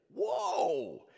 whoa